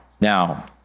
now